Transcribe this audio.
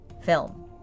Film